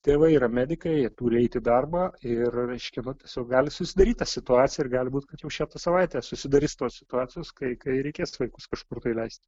tėvai yra medikai jie turi eit į darbą ir reiškia nu tiesiog gali susidaryt ta situacija ir gali būt kad jau šią tą savaitę susidarys tos situacijos kai kai reikės vaikus kažkur tai leisti